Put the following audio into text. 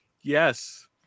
Yes